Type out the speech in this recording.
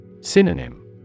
Synonym